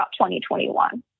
2021